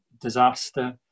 disaster